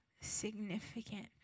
significant